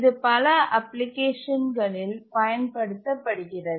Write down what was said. இது பல அப்ளிகேஷன்களில் பயன்படுத்தப்படுகிறது